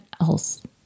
else